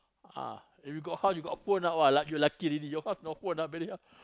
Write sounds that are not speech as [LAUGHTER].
ah if you got how you got phone ah you lucky already you have no phone ah very hard [BREATH]